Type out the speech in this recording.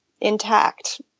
intact